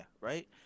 Right